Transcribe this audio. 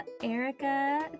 Erica